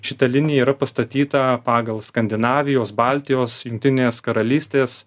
šita linija yra pastatyta pagal skandinavijos baltijos jungtinės karalystės